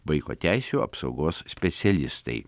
vaiko teisių apsaugos specialistai